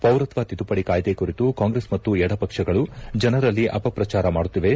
ಪೌರತ್ವ ತಿದ್ದುಪಡಿ ಕಾಯ್ದೆ ಕುರಿತು ಕಾಂಗ್ರೆಸ್ ಮತ್ತು ಎಡಪಕ್ಷಗಳು ಜನರಲ್ಲಿ ಅಪಪ್ರಚಾರ ಮಾಡುತ್ತಿವೆ